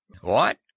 What